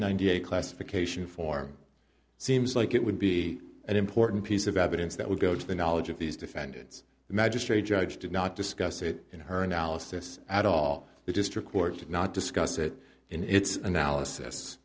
ninety eight classification form seems like it would be an important piece of evidence that would go to the knowledge of these defendants the magistrate judge did not discuss it in her analysis at all the district court did not discuss it in its analysis